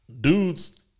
dudes